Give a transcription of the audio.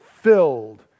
filled